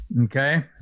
Okay